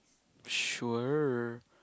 sure